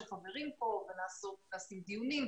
נעשים דיונים,